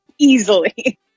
Easily